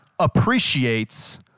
appreciates